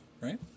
right